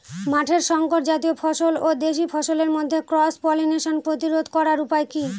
মাঠের শংকর জাতীয় ফসল ও দেশি ফসলের মধ্যে ক্রস পলিনেশন প্রতিরোধ করার উপায় কি?